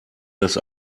das